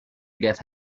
get